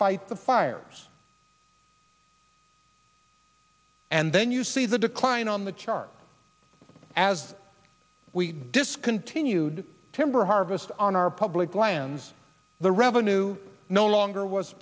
fight the fires and then you see the decline on the chart as we discontinued timber harvest on our public lands the revenue no longer was